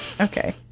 Okay